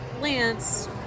Lance